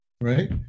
Right